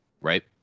right